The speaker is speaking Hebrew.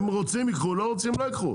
הם רוצים ייקחו, לא רוצים לא ייקחו.